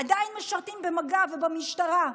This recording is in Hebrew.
עדיין משרתים במג"ב ובמשטרה.